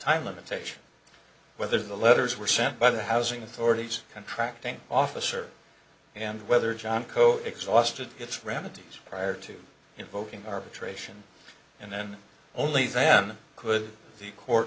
time limitation whether the letters were sent by the housing authorities contracting officer and whether john coates austin it's remedies prior to invoking arbitration and then only then could the court